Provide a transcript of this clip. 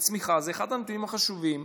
וצמיחה זה אחד הנתונים החשובים.